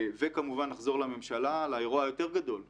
וכמובן נחזור לממשלה לאירוע הגדול יותר,